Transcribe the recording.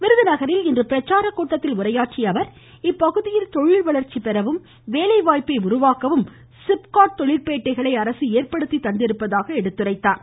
விருதுநகரில் இன்று பிரச்சாரக்கூட்டத்தில் உரையாற்றிய அவர் இப்பகுதியில் தொழில் வளர்ச்சி பெறவும் வேலைவாய்ப்பை உருவாக்கவும் சிப்காட் தொழில்பேட்டைகளை அரசு ஏற்படுத்தி தந்திருப்பதாக குறிப்பிட்டார்